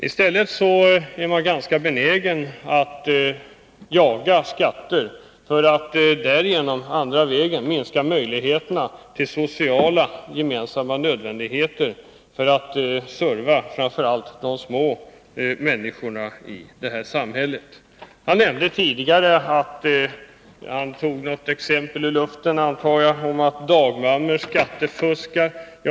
Man är i stället ganska benägen att jaga skatter — man går den andra vägen således — för att minska möjligheterna att finansiera sociala gemensamma nödvändigheter till gagn för framför allt de små människorna i samhället. Gösta Bohman nämnde tidigare — jag antar att han tog ett exempel ur luften — att dagmammor skattefuskar.